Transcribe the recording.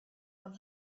one